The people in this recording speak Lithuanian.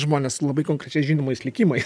žmonės labai konkrečiais žinomais likimais